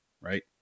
right